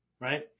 Right